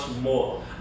more